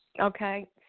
Okay